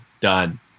done